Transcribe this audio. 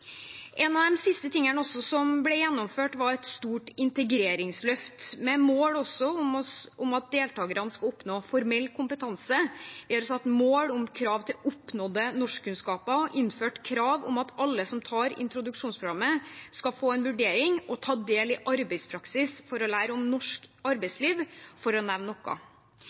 En av de siste tingene som ble gjennomført, var et stort integreringsløft, med mål om at deltakerne skulle oppnå formell kompetanse. Vi har satt mål om krav til oppnådde norskkunnskaper og innført krav om at alle som tar introduksjonsprogrammet, skal få en vurdering og ta del i arbeidspraksis for å lære om norsk arbeidsliv, for å nevne noe.